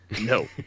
No